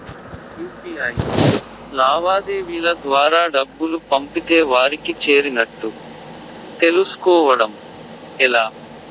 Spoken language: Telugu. యు.పి.ఐ లావాదేవీల ద్వారా డబ్బులు పంపితే వారికి చేరినట్టు తెలుస్కోవడం ఎలా?